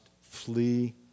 flee